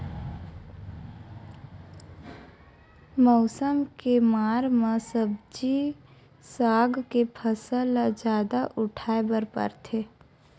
मउसम के मार म सब्जी साग के फसल ल जादा उठाए बर परथे